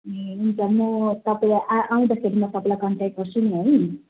ए हुन्छ म तपाईँ आ आउँदाखेरि म तपाईँलाई कन्ट्याक्ट गर्छु नि है